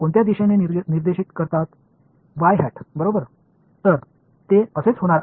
இது எந்த திசையை சுட்டிக்காட்டும் அலகு நீளத்தின் வெக்டர்